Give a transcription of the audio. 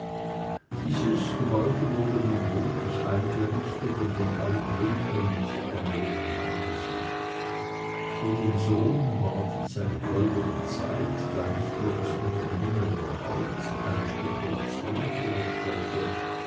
dies gebäude wurde nun wohnlich eingerichtet und in allen winkeln mit veränderungen heimgesucht für den sohn war dies eine goldene zeit da nicht nur das unternehmen überhaupt eine spekulation vorstellte